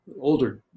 older